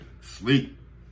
Sleep